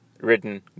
written